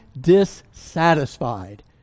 dissatisfied